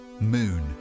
Moon